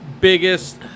biggest